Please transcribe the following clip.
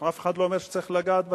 אף אחד לא אומר שצריך לגעת בתקציב.